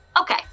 Okay